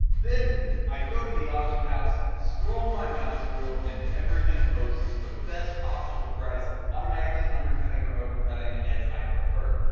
then i go to the auction house, just scroll my mousewheel, and everything posts for the best possible price, automatically undercutting or overcutting as i prefer.